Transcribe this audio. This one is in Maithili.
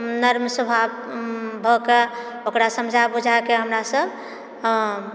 नर्म स्वभाव भए के ओकरा समझा बुझाके हमरासब आ